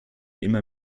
immer